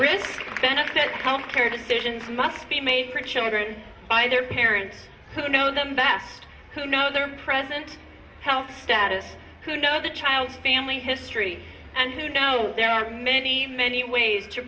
risk benefit kolker decisions must be made for children by their parents who know them best who know their present health status who know the child's family history and who know there are many many ways to